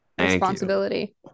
responsibility